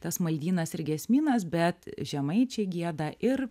tas maldynas ir giesmynas bet žemaičiai gieda ir